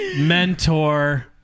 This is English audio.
mentor